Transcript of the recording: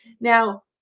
Now